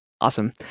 Awesome